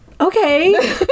Okay